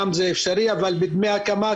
גם זה אפשרי אבל בדמי הקמה,